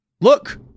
look